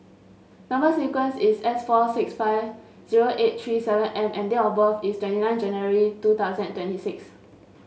number sequence is S four six five zero eight three seven M and date of birth is twenty nine January two thousand and twenty six